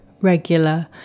regular